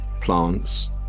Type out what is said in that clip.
plants